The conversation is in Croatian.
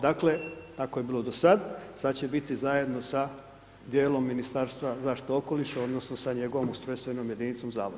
Dakle ako je bilo do sada sada će biti zajedno sa dijelom Ministarstva zaštite okoliša, odnosno, sa njegovom ustrojstvenom jedinicom zavodom.